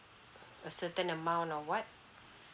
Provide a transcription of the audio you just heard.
a certain amount or what